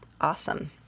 awesome